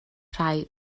rhai